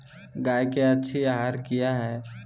गाय के अच्छी आहार किया है?